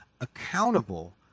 accountable